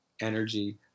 energy